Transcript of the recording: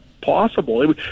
possible